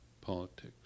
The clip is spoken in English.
politics